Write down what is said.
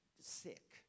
sick